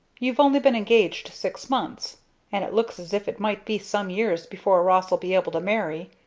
you've only been engaged six months and it looks as if it might be some years before ross'll be able to marry.